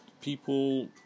people